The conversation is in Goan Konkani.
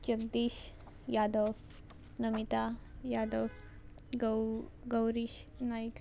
जगदीश यादव नमिता यादव गौ गौरीश नायक